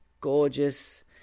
gorgeous